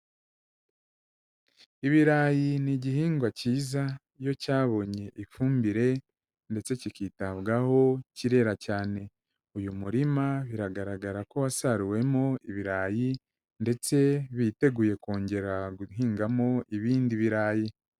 Ibirayi ni igihingwa cyiza, iyo cyabonye ifumbire ndetse kikitabwaho kirera cyane, uyu murima biragaragara ko wasaruwemo ibirayi, ndetse biteguye kongera guhingamo ibindi birayi.